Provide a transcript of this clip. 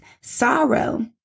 sorrow